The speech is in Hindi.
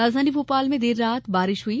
राजधानी भोपाल में देर रात बारिश हई